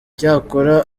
cyakora